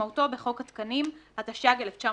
כמשמעותו בחוק התקנים, התשי"ג-1953,